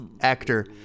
actor